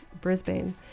Brisbane